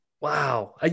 Wow